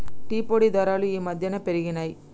tea పొడి ధరలు ఈ మధ్యన పెరిగినయ్